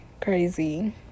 crazy